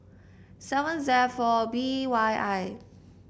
seven Z four B Y I